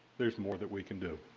there is more that we can do.